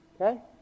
Okay